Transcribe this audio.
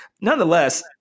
nonetheless